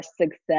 success